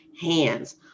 hands